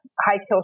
high-kill